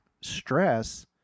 stress